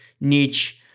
niche